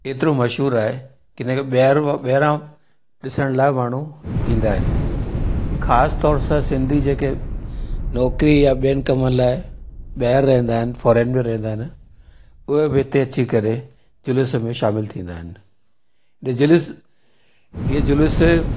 एतिरो मशहूरु आहे की हिनखे ॿाहिरि ॿाहिरि ॾिसण लाइ माण्हू ईंदा आहिनि ख़ासि तौरु सां सिंधी जेके नौकिरी या ॿियनि कमनि लाइ ॿाहिरि रहंदा आहिनि फोरन में रहंदा आहिनि उहे बि हिते अची करे जुलूस में शामिलु थींदा आहिनि बिजनस इयं जुलूसु